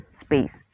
space